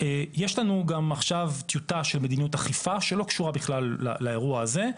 יש לנו גם עכשיו טיוטה של מדיניות אכיפה שלא קשורה בכלל לאירוע הזה,